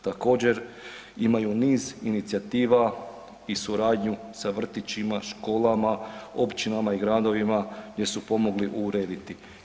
Također imaju niz inicijativa i suradnju sa vrtićima, školama, općinama i gradovima gdje su pomogli urediti.